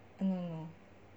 no no